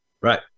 Right